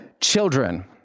children